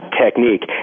technique